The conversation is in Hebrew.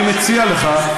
אני מציע לך,